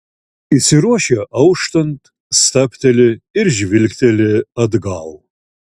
išsiruošia auštant stabteli ir žvilgteli atgal